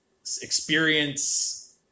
experience